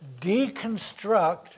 deconstruct